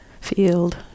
field